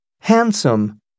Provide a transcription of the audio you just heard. handsome